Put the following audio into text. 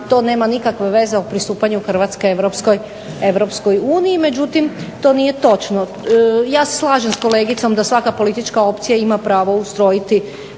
to nema nikakve veze o pristupanje Hrvatske EU. Međutim, to nije točno. Ja se slažem s kolegicom da svaka politička opcija ima pravo ustrojiti